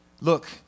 look